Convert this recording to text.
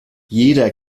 jeder